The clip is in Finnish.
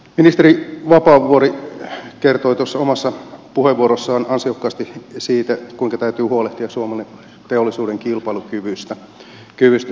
ministeri vapaavuori kertoi tuossa omassa puheenvuorossaan ansiokkaasti siitä kuinka täytyy huolehtia suomen teollisuuden kilpailukyvystä